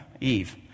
Eve